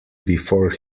before